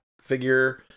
figure